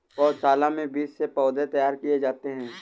पौधशाला में बीज से पौधे तैयार किए जाते हैं